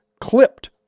clipped